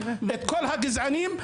את כל הגזענים,